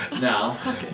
now